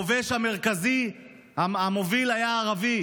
הכובש המרכזי המוביל היה ערבי,